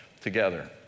together